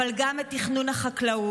אבל גם את תכנון החקלאות,